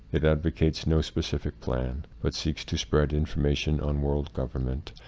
it advocates no specific plan, but seeks to spread information on world government,